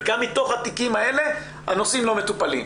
וגם מתוך התיקים האלה הנושאים לא מטופלים.